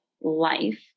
life